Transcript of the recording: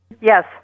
Yes